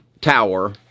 tower